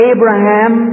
Abraham